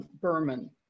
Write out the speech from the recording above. Berman